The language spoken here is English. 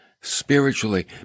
spiritually